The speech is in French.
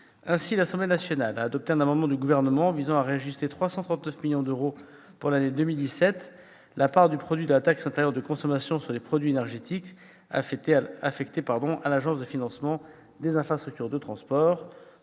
Ainsi, l'Assemblée nationale a adopté un amendement du Gouvernement visant à réajuster de 339 millions d'euros pour l'année 2017 la part du produit de la taxe intérieure de consommation sur les produits énergétiques qui est affectée à l'Agence de financement des infrastructures de transport